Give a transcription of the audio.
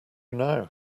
now